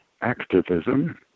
Activism